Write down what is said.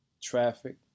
Traffic